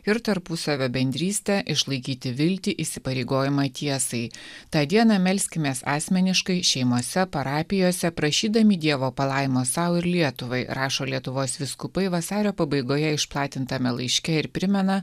ir tarpusavio bendrystę išlaikyti viltį įsipareigojimą tiesai tą dieną melskimės asmeniškai šeimose parapijose prašydami dievo palaimos sau ir lietuvai rašo lietuvos vyskupai vasario pabaigoje išplatintame laiške ir primena